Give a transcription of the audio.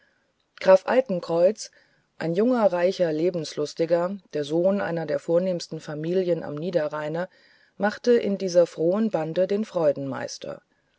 graf altenkreuz ein junger reicher lebenslustiger der sohn einer der vornehmsten familien am niederrheine machte in dieser frohen bande den